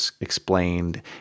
explained